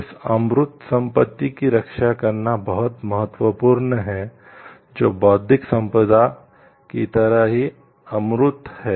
इस अमूर्त संपत्ति की रक्षा करना बहुत महत्वपूर्ण है जो बौद्धिक संपदा की तरह ही अमूर्त है